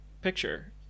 picture